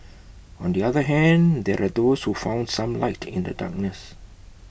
on the other hand there are those who found some light in the darkness